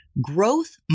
growth